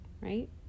right